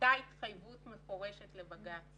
הייתה התחייבות מפורשת לבג"ץ